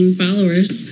followers